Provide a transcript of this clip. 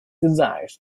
desires